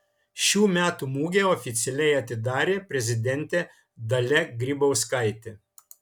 šių metų mugę oficialiai atidarė prezidentė dalia grybauskaitė